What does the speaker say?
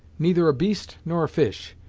neither a beast nor a fish.